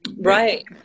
Right